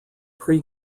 pre